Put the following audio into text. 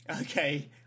okay